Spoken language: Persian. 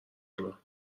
حالا